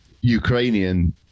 ukrainian